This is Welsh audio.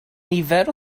nifer